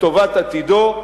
לטובת עתידו.